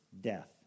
death